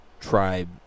tribe